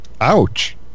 Ouch